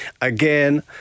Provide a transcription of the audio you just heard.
again